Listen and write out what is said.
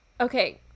Okay